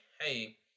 Hey